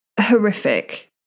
horrific